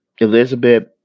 Elizabeth